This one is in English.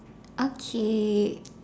okay